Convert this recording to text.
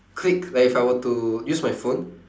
quick like if I were to use my phone